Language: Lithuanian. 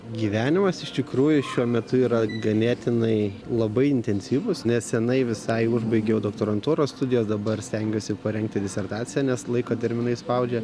gyvenimas iš tikrųjų šiuo metu yra ganėtinai labai intensyvus nesenai visai užbaigiau doktorantūros studijas dabar stengiuosi parengti disertaciją nes laiko terminai spaudžia